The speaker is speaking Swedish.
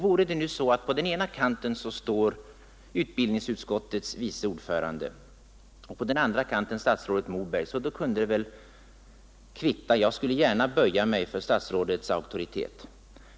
Vore det så att på den ena kanten bara stod utbildningsutskottets vice ordförande och på den andra kanten statsrådet Moberg, så kunde det väl kvitta; jag skulle gärna böja mig för statsrådets auktoritet.